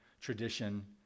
tradition